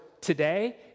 today